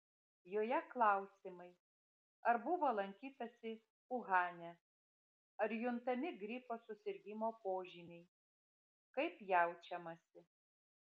joje klausimai ar buvo lankytasi uhane ar juntami gripo susirgimo požymiai kaip jaučiamasi